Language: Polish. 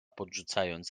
podrzucając